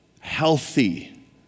healthy